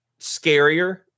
scarier